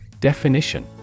Definition